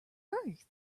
earth